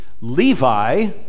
Levi